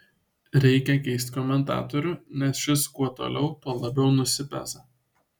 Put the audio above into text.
reikia keist komentatorių nes šis kuo toliau tuo labiau nusipeza